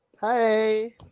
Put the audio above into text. Hi